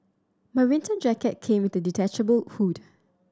my winter jacket came with detachable hood